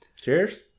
Cheers